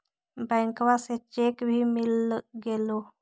बैंकवा से चेक भी मिलगेलो?